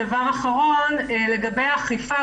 דבר אחרון לגבי אכיפה.